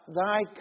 thy